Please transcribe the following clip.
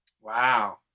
Wow